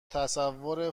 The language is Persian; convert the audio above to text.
تصویر